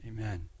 Amen